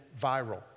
viral